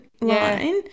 line